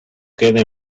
queda